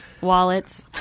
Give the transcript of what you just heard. wallets